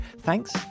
Thanks